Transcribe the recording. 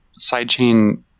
sidechain